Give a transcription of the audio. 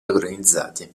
organizzati